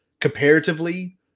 comparatively